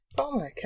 okay